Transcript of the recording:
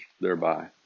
thereby